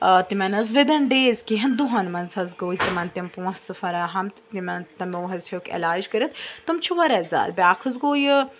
تِمَن حظ وِدِن ڈیز کیٚںٛہہ ہَن دۄہَن منٛز حظ گوٚے تِمَن تِم پونٛسہٕ فراہَم تہِ تِمن تِمو حظ ہیوٚکھ علاج کٔرِتھ تِم چھِ واریاہ زیادٕ بیٛاکھ حظ گوٚو یہِ